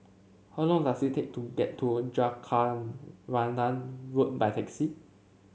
how long does it take to get to Jacaranda Road by taxi